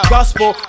Gospel